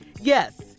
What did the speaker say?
Yes